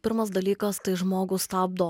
pirmas dalykas tai žmogų stabdo